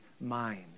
mind